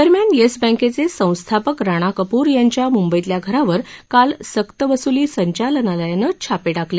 दरम्यान येस बँकेचे संस्थापक राणा कपूर यांच्या मुंबईतल्या घरावर काल सक्त वसुली संचालनालयाने छापा टाकला